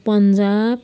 Punjab